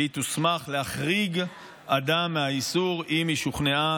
והיא תוסמך להחריג אדם מהאיסור אם היא שוכנעה